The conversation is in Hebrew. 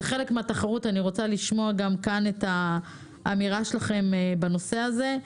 זה חלק מהתחרות ואני רוצה לשמוע גם כאן את האמירה שלכם בנושא הזה.